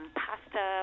pasta